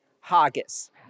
haggis